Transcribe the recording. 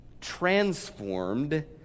transformed